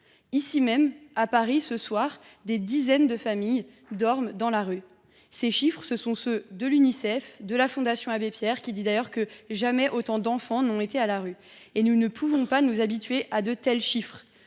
Ici même, à Paris, ce soir, des dizaines de familles dorment dans la rue. Ces chiffres, ce sont ceux de l’Unicef et de la Fondation Abbé Pierre, qui soulignent d’ailleurs que jamais autant d’enfants n’ont été à la rue. Nous ne pouvons pas nous habituer à de tels chiffres